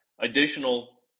additional